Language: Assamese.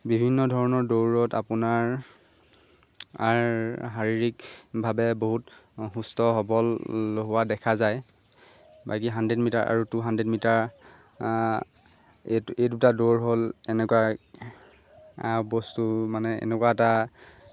বিভিন্ন ধৰণৰ দৌৰত আপোনাৰ শাৰীৰিকভাৱে বহুত সুস্থ সবল হোৱা দেখা যায় বাকী হাণ্ড্ৰেড মিটাৰ আৰু টু হাণ্ড্ৰেড মিটাৰ এই এই দুটা দৌৰ হ'ল এনেকুৱা বস্তু মানে এনেকুৱা এটা